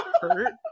hurt